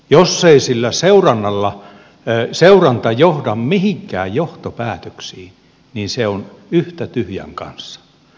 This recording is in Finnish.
jos se seuranta ei johda mihinkään johtopäätöksiin niin se on yhtä tyhjän kanssa